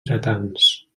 dretans